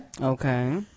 okay